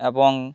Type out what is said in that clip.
এবং